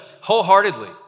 wholeheartedly